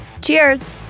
Cheers